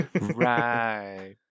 Right